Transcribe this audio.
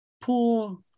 poor